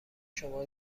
شما